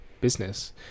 business